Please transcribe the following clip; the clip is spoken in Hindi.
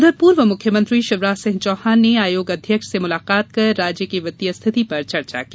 उधर पूर्व मुख्यमंत्री शिवराज सिंह चौहान ने आयोग अध्यक्ष से मुलाकात कर राज्य की वित्तीय स्थिति पर चर्चा की